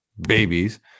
babies